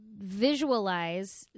visualize